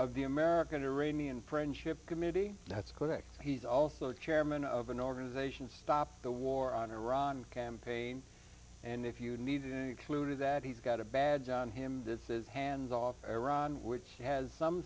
of the american to raney and friendship committee that's quick he's also chairman of an organization stop the war on iran campaign and if you need include that he's got a bad on him this is hands off iran which has some